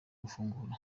gufungura